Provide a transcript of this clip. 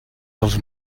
dels